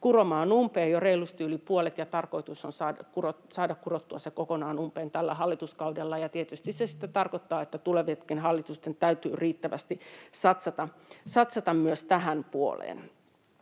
kuromaan umpeen jo reilusti yli puolet, ja tarkoitus on saada kurottua se kokonaan umpeen tällä hallituskaudella. Tietysti se sitten tarkoittaa, että tulevienkin hallitusten täytyy riittävästi satsata myös tähän puoleen.